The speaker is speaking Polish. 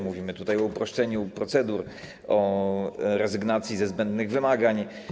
Mówimy tutaj o uproszczeniu procedur, o rezygnacji ze zbędnych wymagań.